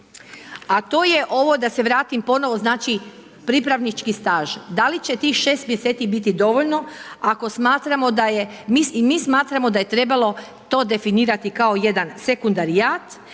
a to je ovo da se vratim ponovno znači pripravnički staž. Da li će tih 6 mjeseci biti dovoljno? I mi smatramo da je trebalo to definirati kao jedan sekundarijat